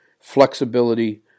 flexibility